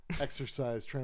exercise